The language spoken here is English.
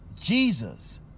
Jesus